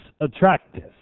attractive